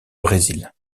brésil